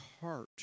heart